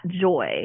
joy